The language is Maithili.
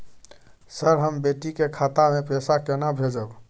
सर, हम बेटी के खाता मे पैसा केना भेजब?